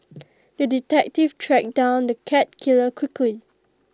the detective tracked down the cat killer quickly